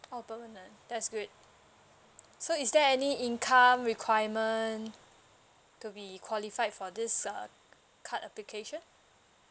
oh permanent that's great so is there any income requirement to be qualified for this uh card application